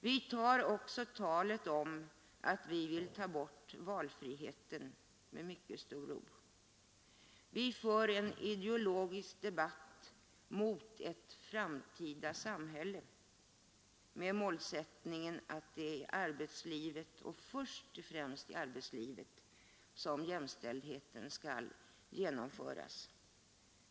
Vi tar också talet om att vi vill ta bort valfriheten med mycket stor ro. Vi för en ideologisk debatt om ett framtida samhälle med målsättningen att det är i arbetslivet, och först och främst i arbetslivet, som jämställdheten skall genomföras.